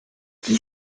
qui